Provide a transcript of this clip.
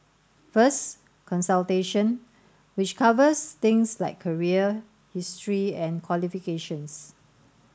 first consultation which covers things like career history and qualifications